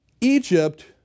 egypt